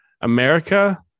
America